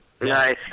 nice